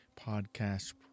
podcast